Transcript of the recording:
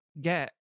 get